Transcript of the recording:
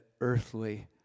earthly